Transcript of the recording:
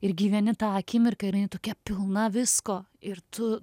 ir gyveni tą akimirką ir jinai tokia pilna visko ir tu